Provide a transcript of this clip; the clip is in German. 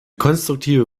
konstruktive